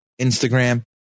Instagram